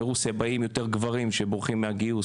מרוסיה באים יותר גברים שבורחים מהגיוס,